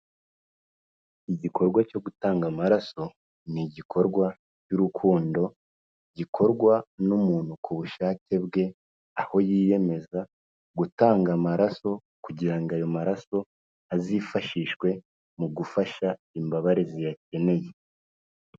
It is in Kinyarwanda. Igikorwa cyo gutanga amaraso, ni igikorwa cy'urukundo gikorwa n'umuntu ku bushake bwe, aho yiyemeza gutanga amaraso kugira ngo ayo maraso, azifashishwe mu gufasha imbabare ziyakeneye.